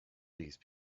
these